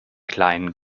kleinen